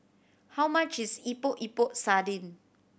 how much is Epok Epok Sardin